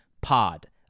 pod